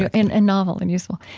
and novel and useful.